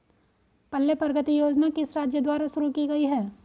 पल्ले प्रगति योजना किस राज्य द्वारा शुरू की गई है?